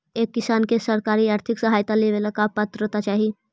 एक किसान के सरकारी आर्थिक सहायता लेवेला का पात्रता चाही?